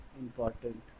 important